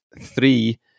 three